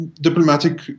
diplomatic